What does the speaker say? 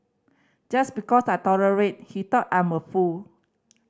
just because I tolerated he thought I'm a fool